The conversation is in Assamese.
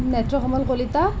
নেত্ৰকমল কলিতা